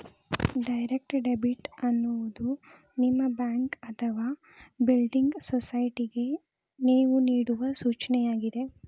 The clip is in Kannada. ಡೈರೆಕ್ಟ್ ಡೆಬಿಟ್ ಎನ್ನುವುದು ನಿಮ್ಮ ಬ್ಯಾಂಕ್ ಅಥವಾ ಬಿಲ್ಡಿಂಗ್ ಸೊಸೈಟಿಗೆ ನೇವು ನೇಡುವ ಸೂಚನೆಯಾಗಿದೆ